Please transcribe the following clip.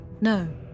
No